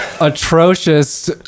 Atrocious